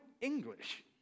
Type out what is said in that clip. English